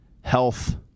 health